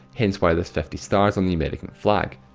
hence way there's fifty stars on the american flag.